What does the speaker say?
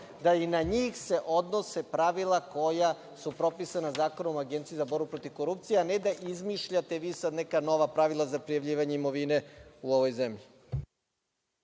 se i na njih odnose pravila koja su propisana Zakonom o Agenciji za borbu protiv korupcije, a ne da izmišljate vi sada neka nova pravila za prijavljivanje imovine u ovoj zemlji.